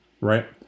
Right